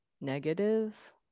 negative